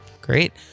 great